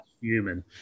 Human